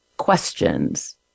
questions